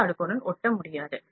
முதல் அடுக்குடன் ஒட்ட முடியாது